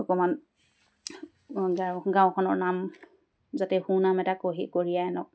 অকণমান গা গাঁওখনৰ নাম যাতে সুনাম এটা কঢ়ি কঢ়িয়াই আনক